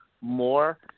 more